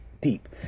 deep